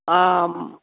অঁ